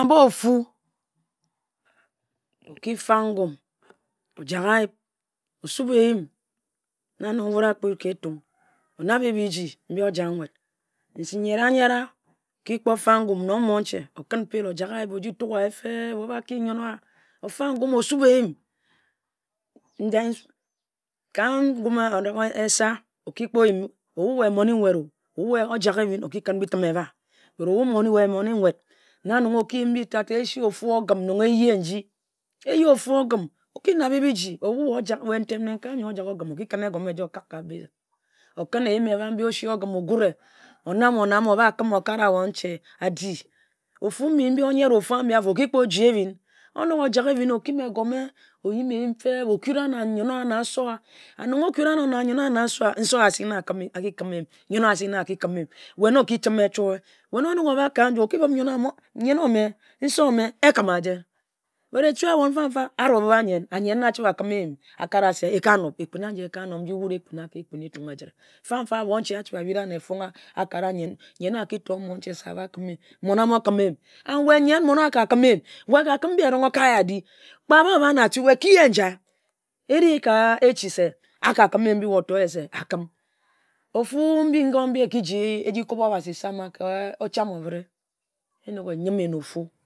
Na mbem-o fu, oki fag ngom ojak a yip, osube eyim na nong wut akpi-o wut ka Etung. Onabe biji mbi ojak nwut. Nyera nyera, nong mon ehe, o-ki fag ngum, o kǝn ejum ojak ayip o-ba ki nyen-o-wa asube eyim. Ka eyim n gum esa, ka we moni mwut-o o-bu-o ojak ehbin ojak okǝn biteme ehba. Ojak nwut ojak nwut ka we monni-nwut o na nong oki-yim mbi tata esi ofu ogim. Nong ehye nji ehye ofu ogim. Oki na-be biji o-bu we ntem nenkae yor ojak ogim, o-ki kǝn egume eja okak ka basin oji gure. O-nam, mbi namm, oba kim okare abon-che na nanne ama ma-tat, a-di. Ofu mbi oyere ofu ambi oki ji, ehbin, onok ojak ehbin, okim egume, oyim eyim feeb, okura na nse owa na nyen owah nong okura-ano na nyen-owa na nse-owa, nse-owa asik na a ki kim eyim nyen-owa asik na aki kim eyim. We na oki chim e echoi. We na onok obhak ka nju oki be-b se, nyen-ome, nse ome, ekima-jen? Etue abon mfam-fa, a-ro be-b a-nyen a-nyen na achibe a kim eyim akare ase Ekpin-aji, eka-nob, anor asik wut ekpin-na ekpin ka Etung ejǝtre fa-fa, abonche a chibe abira ane fong akare ayen nyen a ki tor mon se aba-kim eyim, mon a-mo-kim eyim. We nyen mo-owa, a-ka kim eyim-ka kare ye a-di, kpe a-bia na-atue, ki ye njie, eri ka echi se, a ka kim eyim mbi otor se akim. Ofu mbi-ngo mbi eki-ji eji kub Obasi sama ka ocham obitrie, enok eyime na ofu